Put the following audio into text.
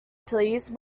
please